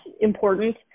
important